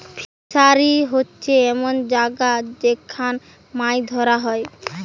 fishery হোচ্ছে এমন জাগা যেখান মাছ ধোরা হয়